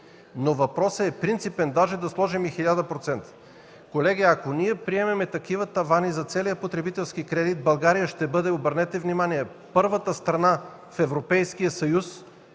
Но въпросът е принципен, даже да сложим и 1000%. Колеги, ако ние приемем такива тавани за целия потребителски кредит, България ще бъде, обърнете внимание, първата страна в Европейския съюз,